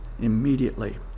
immediately